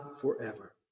forever